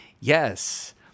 Yes